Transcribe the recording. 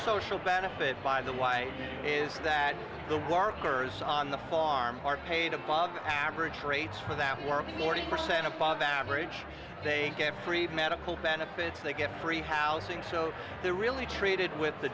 social benefit by the why is that the workers on the farm are paid a bob average rates for that work forty percent above average they get free medical benefits they get free housing so they're really treated with the